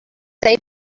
they